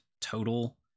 total